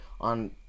On